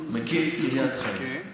מקיף קריית חיים.